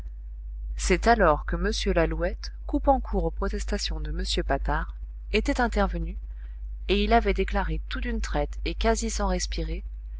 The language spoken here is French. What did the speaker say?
c'est alors que m lalouette coupant court aux protestations de m patard était intervenu et il avait déclaré tout d'une traite et quasi sans respirer